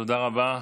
תודה רבה.